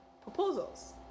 proposals